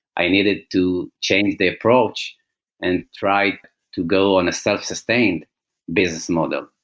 i needed to change the approach and try to go on a self sustained business model.